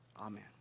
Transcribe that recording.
Amen